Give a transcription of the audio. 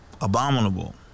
Abominable